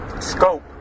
scope